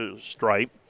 stripe